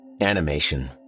Animation